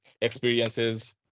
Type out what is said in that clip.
experiences